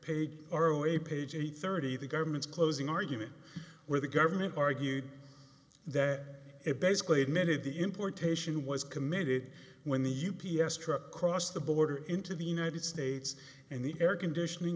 a page eight thirty the government's closing argument where the government argued that it basically admitted the importation was committed when the u p s truck crossed the border into the united states and the air conditioning